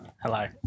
Hello